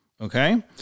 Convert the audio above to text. Okay